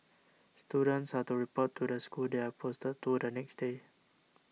students are to report to the school they are posted to the next day